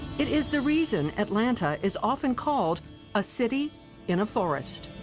it is the reason atlanta is often called a city in a forest.